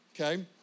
okay